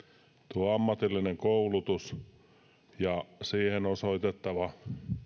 tuo ammatillinen koulutus ja siihen osoitettava